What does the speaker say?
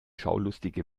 schaulustige